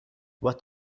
what